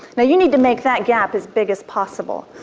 yeah you need to make that gap as big as possible,